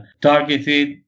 targeted